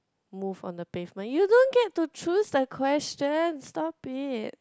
move on the pavement you don't get to choose the question stop it